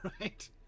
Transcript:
right